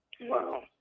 Wow